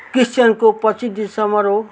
क्रिश्चियनको पच्चिस डिसेम्बर हो